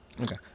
Okay